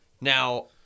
Now